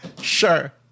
Sure